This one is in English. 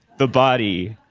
the body,